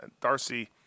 Darcy